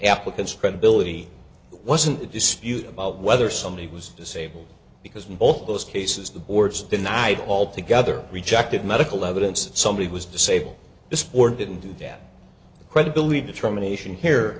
applicant's credibility it wasn't a dispute about whether somebody was disabled because of all those cases the boards denied altogether rejected medical evidence somebody was disabled this board didn't do that credibility determination here